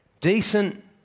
Decent